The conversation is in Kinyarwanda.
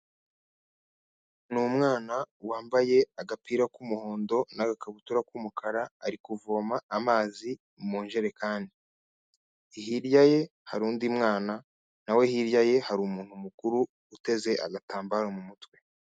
Ni umwana wambaye agapira k'umuhondo n'agakabutura k'umukara ari kuvoma amazi mu injerekani, hirya ye hari undi mwana nawe hirya ye hari umuntu mukuru uteze agatambaro mu mutwe.